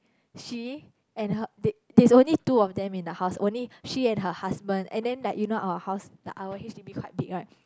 she and her there there's only two of them in the house only she and her husband and then like you know our house like our H_D_B quite big right